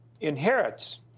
inherits